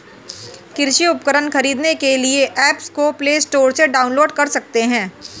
कृषि उपकरण खरीदने के लिए एप्स को प्ले स्टोर से डाउनलोड कर सकते हैं